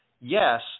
yes